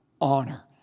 honor